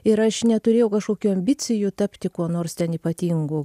ir aš neturėjau kažkokių ambicijų tapti kuo nors ten ypatingu